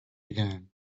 again